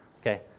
okay